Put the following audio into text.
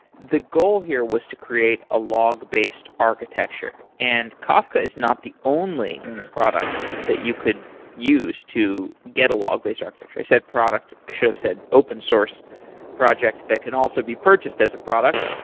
the goal here was to create a log based architecture and kafka is not the only product that you could use to get a log based architecture. i said product i should have said open sourced project that can also be purchased as a product.